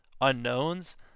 unknowns